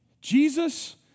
Jesus